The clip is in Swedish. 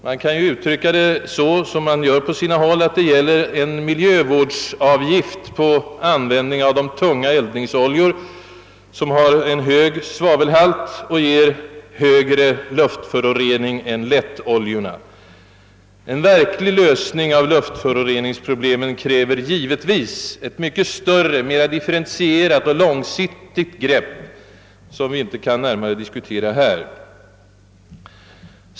Det kan uttryckas så, som man på sina håll gör, att det gäller en miljövårdsavgift på användning av de tunga eldningsoljor, som har en hög svavelhalt och ger högre luftförorening än lättoljorna. Men en verklig lösning av luftföroreningsproblemen kräver givetvis ett mycket större, mera differentierat och långsiktigt grepp som vi inte kan närmare diskutera här.